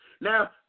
Now